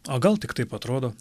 o gal tik taip atrodo